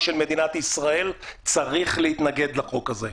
של מדינת ישראל צריך להתנגד לחוק הזה.